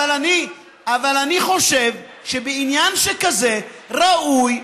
אבל אני חושב שבעניין שכזה ראוי,